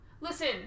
Listen